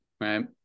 Right